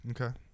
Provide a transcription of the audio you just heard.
Okay